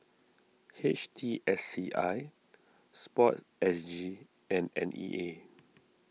H T S C I Sport S G and N E A